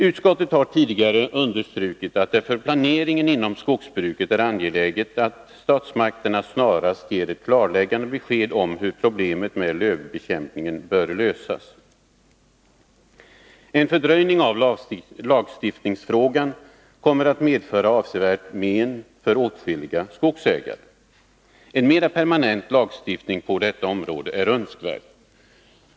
Utskottet har tidigare understrukit att det för planeringen inom skogsbruket är angeläget att statsmakterna snarast ger ett klarläggande besked om hur problemet med lövslybekämpningen bör lösas. En fördröjning av lagstiftningsfrågan kommer att medföra avsevärt men för åtskilliga skogsägare. En mera permanent lagstiftning på detta område är önskvärd.